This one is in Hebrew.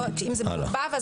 ואם זה מעורבב,